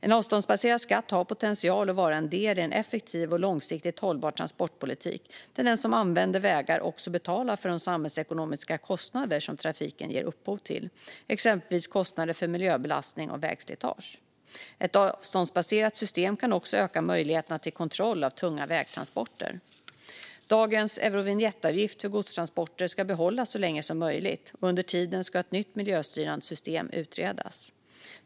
En avståndsbaserad skatt har potential att vara en del i en effektiv och långsiktigt hållbar transportpolitik, där den som använder vägar också betalar för de samhällsekonomiska kostnader som trafiken ger upphov till, exempelvis kostnader för miljöbelastning och vägslitage. Ett avståndsbaserat system kan också öka möjligheterna till kontroll av tunga vägtransporter. Dagens Eurovinjettavgift för godstransporter ska behållas så länge som möjligt. Under tiden ska ett nytt miljöstyrande system utredas.